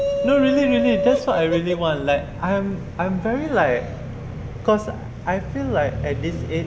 no really really that's what I really want like I'm I'm very like because I feel like at this age